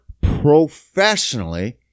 professionally